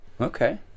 Okay